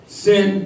sin